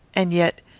and yet,